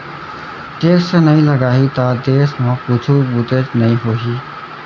tax नइ लगाही त देस म कुछु बुतेच नइ होही